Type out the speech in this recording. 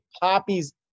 Poppy's